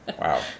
Wow